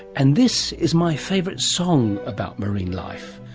and this is my favourite song about marine life,